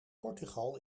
portugal